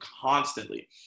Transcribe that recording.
constantly